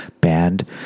band